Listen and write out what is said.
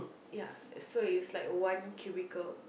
ya so it's like one cubicle